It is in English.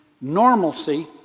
normalcy